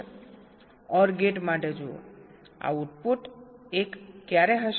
OR gate માટે જુઓ output 1 ક્યારે હશે